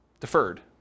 Deferred